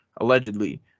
allegedly